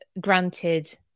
granted